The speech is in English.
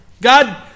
God